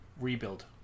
rebuild